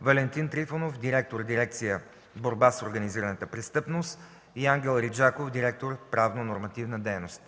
Валентин Трифонов – директор на дирекция „Борба с организираната престъпност”, и Ангел Риджаков – директор „Правнонормативна дейност”.